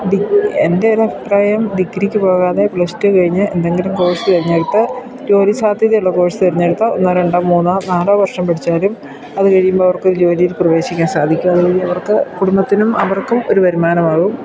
എൻ്റെ ഒരു അഭിപ്രായം ഡിഗ്രിക്ക് പോകാതെ പ്ലസ് ടു കഴിഞ്ഞു എന്തെങ്കിലും കോഴ്സ് തെരഞ്ഞെടുത്തു ജോലി സാധ്യതയുള്ള കോഴ്സ് തെരഞ്ഞെടുത്തു ഒന്നോ രണ്ടോ മൂന്നോ നാലോ വർഷം പഠിച്ചാലും അത് കഴിയുമ്പോൾ അവർക്ക് ഒരു ജോലിയിൽ പ്രവേശിക്കാൻ സാധിക്കും അതിന് അവർക്ക് കുടുംബത്തിനും അവർക്കും ഒരു വരുമാനമാകും